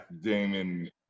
Damon